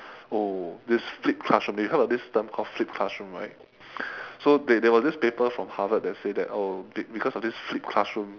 oh this flipped classroom you heard of this term called flipped classroom right so they there was this paper from harvard that say that oh be~ because of this flipped classroom